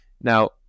Now